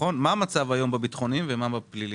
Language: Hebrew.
מה המצב היום בביטחוניים ומה בפליליים?